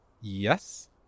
yes